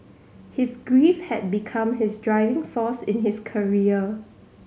his grief had become his driving force in his career